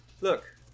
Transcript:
look